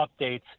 updates